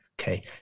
Okay